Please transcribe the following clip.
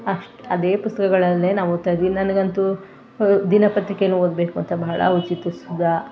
ಅಷ್ಟು ಅದೇ ಪುಸ್ತಕಗಳನ್ನೇ ನಾವು ಓದ್ತಾಯಿದ್ವಿ ನನಗಂತೂ ದಿನಪತ್ರಿಕೆಯನ್ನು ಓದಬೇಕು ಅಂತ ಬಹಳ ಹುಚ್ಚಿತ್ತು ಸುಧಾ